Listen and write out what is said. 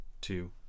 two